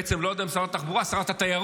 בעצם לא יודע אם שרת התחבורה, שרת התיירות.